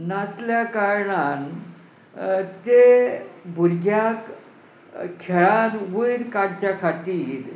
नासल्या कारणान ते भुरग्याक खेळांत वयर काडच्या खातीर